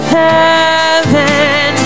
heaven